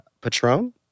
Patron